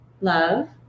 love